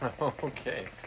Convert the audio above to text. Okay